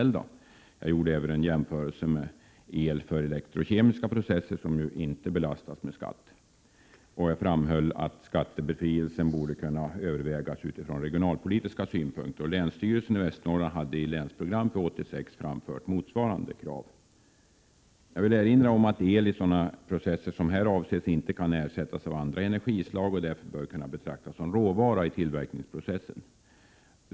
6 maj 1988 Jag gjorde även en jämförelse med el för elektrokemiska processer, som inte Omelpriset för Nobel belastas med skatt, och framhöll att skattebefrielse borde kunna övervägas =. å é ä & Sd 5: ä & industriers kiselmetallutifrån regionalpolitiska synpunkter. Länsstyrelsen i Västernorrlands län har verkilljuligaverk också i sitt länsprogram för 1986 framfört motsvarande krav. sond Jag vill erinra om att eli sådana processer som avses här inte kan ersättas av andra energislag. Därför bör denna el kunna betraktas som en råvara i tillverkningsprocessen.